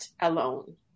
alone